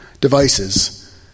devices